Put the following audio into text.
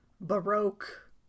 baroque